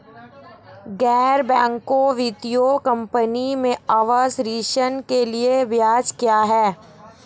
गैर बैंकिंग वित्तीय कंपनियों में आवास ऋण के लिए ब्याज क्या है?